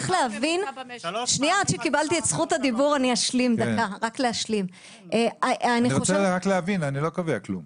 אני רק רוצה להבין, אני לא קובע כלום.